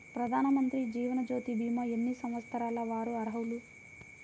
ప్రధానమంత్రి జీవనజ్యోతి భీమా ఎన్ని సంవత్సరాల వారు అర్హులు?